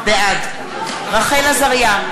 בעד רחל עזריה,